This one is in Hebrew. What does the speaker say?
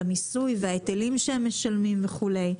במיסוי וההיטלים שהם משלמים וכולי.